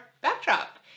backdrop